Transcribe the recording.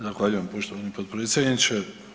Zahvaljujem poštovani potpredsjedniče.